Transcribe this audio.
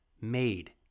made